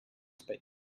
space